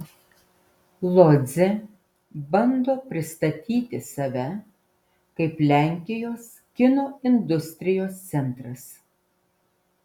lodzė bando pristatyti save kaip lenkijos kino industrijos centras